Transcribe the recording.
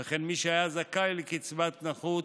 וכן מי שהיה זכאי לקצבת נכות